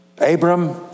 Abram